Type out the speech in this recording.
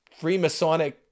Freemasonic